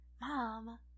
mom